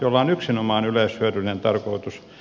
jolla on yksinomaan yleishyödyllinen tarkoitus